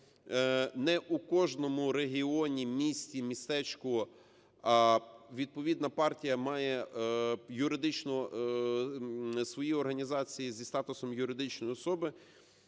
не в кожному регіоні, місті, містечку відповідна партія має свої організації зі статусом юридичної особи,